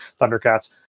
Thundercats